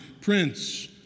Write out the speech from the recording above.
Prince